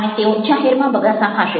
અને તેઓ જાહેરમાં બગાસા ખાશે